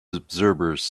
observers